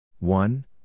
One